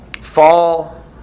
fall